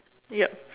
yup